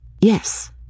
Yes